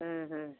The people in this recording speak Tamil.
ம் ம்